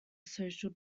social